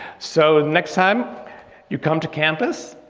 so next time you come to campus,